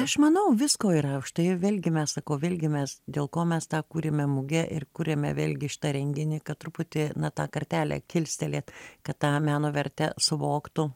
aš manau visko yra už tai vėlgi mes sakau vėlgi mes dėl ko mes tą kūrėme muge ir kuriame vėlgi šitą renginį kad truputį na tą kartelę kilstelėt kad tą meno vertę suvoktų